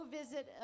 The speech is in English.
visit